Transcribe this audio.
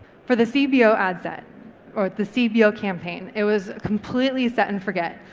for the cbo ad set or the cbo campaign, it was completely set and forget.